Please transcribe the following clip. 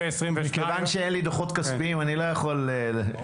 כיוון שאין לי דוחות כספיים, איני יכול לבדוק.